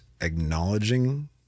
acknowledging